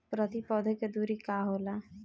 प्रति पौधे के दूरी का होला?